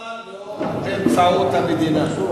למה לא באמצעות המדינה?